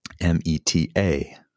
M-E-T-A